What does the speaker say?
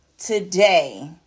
Today